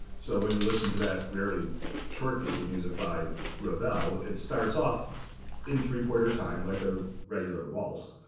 so when you listen to that very short piece of music by ravel, it starts off in three four time, like a regular waltz,